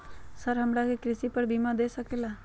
Sir हमरा के कृषि पर बीमा दे सके ला?